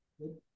Good